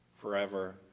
forever